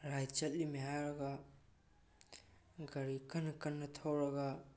right ꯆꯠꯂꯤꯃꯦ ꯍꯥꯏꯔꯒ ꯒꯥꯔꯤ ꯀꯟꯅ ꯀꯟꯅ ꯊꯧꯔꯒ